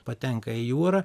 patenka į jūrą